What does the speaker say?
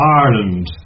Ireland